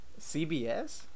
CBS